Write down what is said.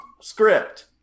script